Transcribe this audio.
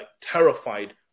terrified